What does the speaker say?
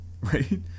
Right